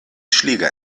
schläger